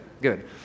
good